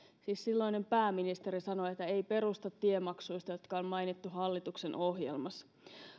siis silloinen pääministeri sanoi että ei perusta tiemaksuista jotka on mainittu hallituksen ohjelmassa